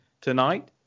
tonight